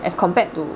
as compared to